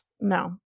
No